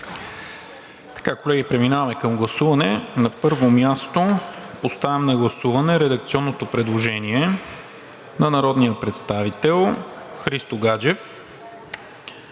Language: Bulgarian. залата. Колеги, преминаваме към гласуване – на първо място, поставям на гласуване редакционното предложение на народния представител Христо Гаджев.